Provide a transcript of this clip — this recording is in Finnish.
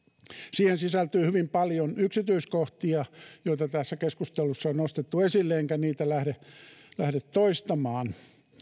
siihen sisältyy hyvin paljon yksityiskohtia joita tässä keskustelussa on nostettu esille enkä niitä lähde lähde toistamaan